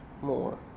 more